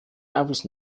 einfluss